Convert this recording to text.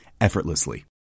effortlessly